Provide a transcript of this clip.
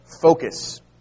focus